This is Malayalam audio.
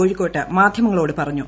കോഴിക്കോട്ട് മാധ്യമങ്ങളോട് പറഞ്ഞു